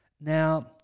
Now